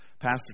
Pastor